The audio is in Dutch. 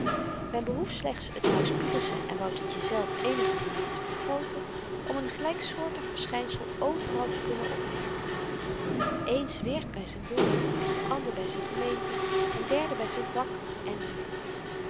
men behoeft slechts t huis pieterse en woutertje zelf eenige malen te vergrooten om n gelyk soortig verschynsel overal te kunnen opmerken de een zweert by z'n dorp de ander by z'n gemeente n derde by z'n vak